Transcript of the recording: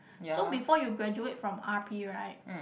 so before you graduate from R_P right